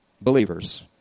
believers